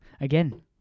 again